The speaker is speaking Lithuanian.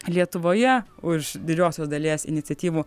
lietuvoje už didžiosios dalies iniciatyvų